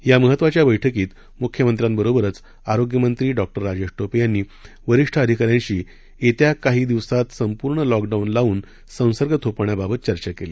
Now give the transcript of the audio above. या महत्वाच्या बैठकीत मुख्यमंत्र्यांबरोबरच आरोग्यमंत्री डॉ राजेश टोपे यांनी वरीष्ठ अधिकाऱ्यांशी येत्या काही दिवसांत संपूर्ण लॉकडाऊन लावून संसर्ग थोपवण्याबाबत चर्चा केली